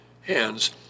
hands